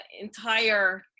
entire